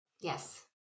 Yes